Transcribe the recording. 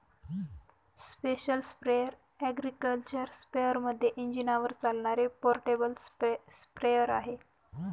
special sprayer agriculture स्पेअरमध्ये इंजिनावर चालणारे पोर्टेबल स्प्रेअर आहे